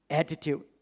attitude